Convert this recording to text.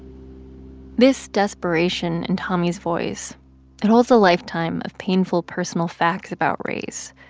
this desperation in tommie's voice it holds a lifetime of painful personal facts about race.